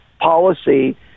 policy